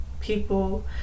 People